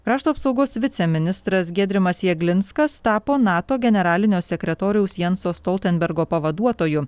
krašto apsaugos viceministras giedrimas jeglinskas tapo nato generalinio sekretoriaus janso stoltenbergo pavaduotoju